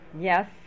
Yes